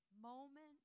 Moment